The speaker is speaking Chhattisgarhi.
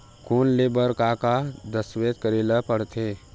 लोन ले बर का का दस्तावेज करेला पड़थे?